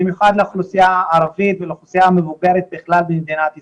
במיוחד לאוכלוסייה הערבית ולאוכלוסייה המבוגרת בכלל במדינת ישראל.